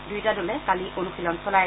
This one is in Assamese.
দুয়োটা দলে কালি অনুশীলন চলায়